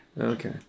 Okay